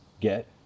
get